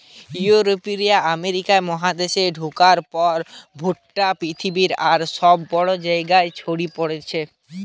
ইউরোপীয়রা আমেরিকা মহাদেশে ঢুকার পর ভুট্টা পৃথিবীর আর সব জায়গা রে ছড়ি পড়ে